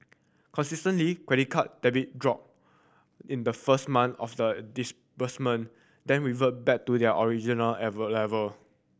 consistently credit card debt dropped in the first months of the disbursement then reverted back to the original level